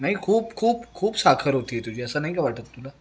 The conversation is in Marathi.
नाही खूप खूप खूप साखर होते आहे तुझी असं नाही का वाटत तुला